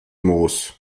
moos